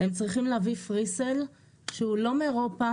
הם צריכים להביא פרי-סייל שהוא לא מאירופה,